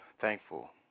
thankful